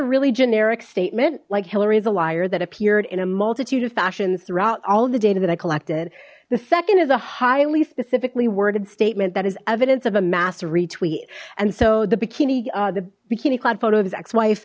really generic statement like hillary's a liar that appeared in a multitude of fashions throughout all the data that i collected the second is a highly specifically worded statement that is evidence of a mass retweet and so the bikini the bikini clad photo of his ex wife